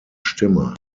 stimme